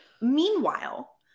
Meanwhile